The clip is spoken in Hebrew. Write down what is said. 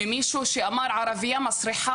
ממישהו שאמר ערבייה מסריחה,